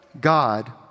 God